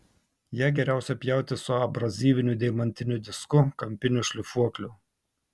ją geriausia pjauti su abrazyviniu deimantiniu disku kampiniu šlifuokliu